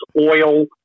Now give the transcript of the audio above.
oil